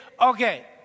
okay